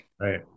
Right